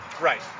Right